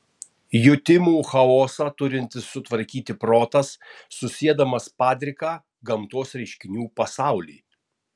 jutimų chaosą turintis sutvarkyti protas susiedamas padriką gamtos reiškinių pasaulį